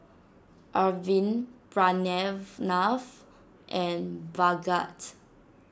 Arvind Pranav and Bhagat